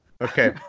Okay